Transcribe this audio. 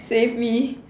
save me